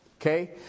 Okay